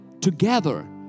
together